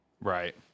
Right